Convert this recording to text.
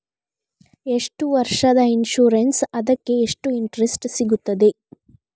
ಎಷ್ಟು ವರ್ಷದ ಇನ್ಸೂರೆನ್ಸ್ ಅದಕ್ಕೆ ಎಷ್ಟು ಇಂಟ್ರೆಸ್ಟ್ ಸಿಗುತ್ತದೆ?